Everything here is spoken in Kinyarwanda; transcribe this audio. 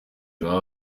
baba